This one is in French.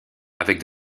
avec